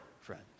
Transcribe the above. friends